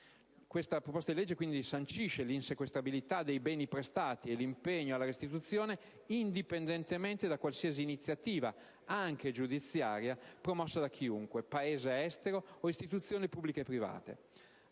Il provvedimento sancisce l'insequestrabilità dei beni prestati e l'impegno alla restituzione, indipendentemente da qualsiasi iniziativa, anche giudiziaria, promossa da chiunque: Paese estero o istituzioni pubbliche e private.